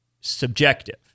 Subjective